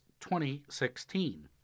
2016